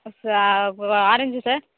orange sir